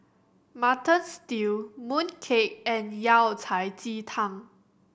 Mutton Stew mooncake and Yao Cai ji tang